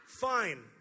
fine